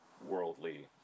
worldly